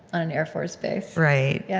on an air force base right, yeah